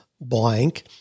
blank